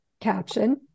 caption